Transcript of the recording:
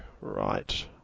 Right